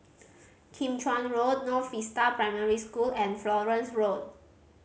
Kim Chuan Road North Vista Primary School and Florence Road